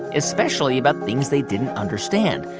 especially about things they didn't understand.